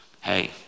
hey